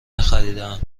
نخریدهام